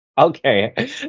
Okay